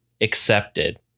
accepted